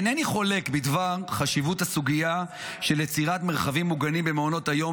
אינני חולק בדבר חשיבות הסוגיה של יצירת מרחבים מוגנים במעונות היום